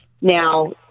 Now